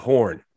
Horn